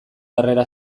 harrera